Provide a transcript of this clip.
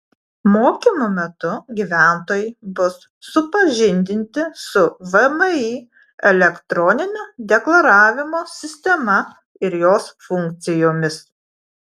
mokymų metu gyventojai bus supažindinti su vmi elektroninio deklaravimo sistema ir jos funkcijomis